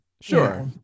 sure